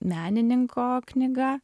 menininko knyga